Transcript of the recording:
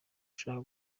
ushaka